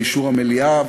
לאישור המליאה,